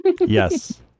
yes